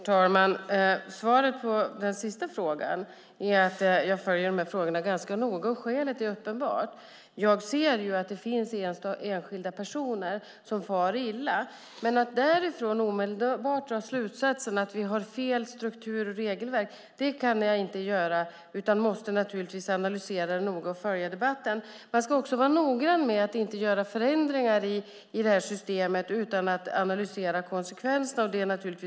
Herr talman! Svaret på den sista frågan är att jag följer frågorna ganska noga, och skälet är uppenbart. Jag ser att det finns enskilda personer som far illa. Men att därifrån omedelbart dra slutsatsen att vi har fel struktur och regelverk kan jag inte göra. Jag måste analysera det noga och följa debatten. Man ska också vara noggrann med att inte göra förändringar i systemet utan att analysera konsekvenserna. Det är nödvändigt.